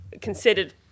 considered